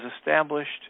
established